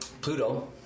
Pluto